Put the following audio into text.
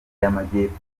y’amajyepfo